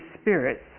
spirits